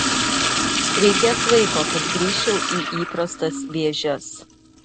reikės laiko kad grįžčiau į įprastas vėžes